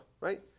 Right